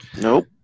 Nope